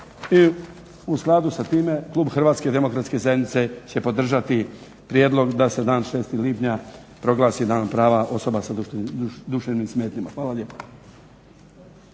U skladu sa time klub HDZ će podržati prijedlog da se dan 6. lipnja proglasi danom prava osoba s duševnim smetnjama. Hvala lijepa.